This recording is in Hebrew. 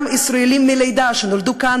גם ישראלים מלידה שנולדו כאן,